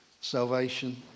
salvation